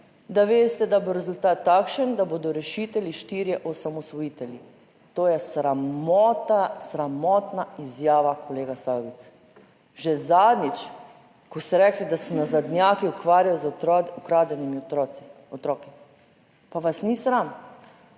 da veste, da bo rezultat takšen, da bodo rešitelji štirje osamosvojitelji. To je sramota. Sramotna izjava kolega Sajovic. Že zadnjič, ko ste rekli, da se nazadnjaki ukvarjajo z ukradenimi otroci. Pa vas ni sram?